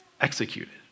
executed